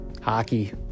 hockey